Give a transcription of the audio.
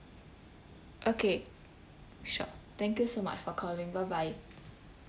okay sure thank you so much for calling bye bye